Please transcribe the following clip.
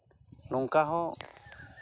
ᱱᱚᱝᱠᱟ ᱦᱚᱸ